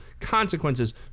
consequences